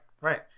Right